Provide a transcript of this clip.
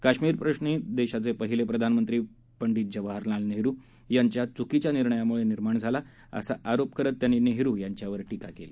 कश्मीरप्रश्न देशाचे पहिले प्रधानमंत्री पंडित जवाहरलाल नेहरू यांच्या चुकीच्या निर्णयामुळे निर्माण झाला असा आरोप करत त्यांनी नेहरू यांच्यावर टीका केली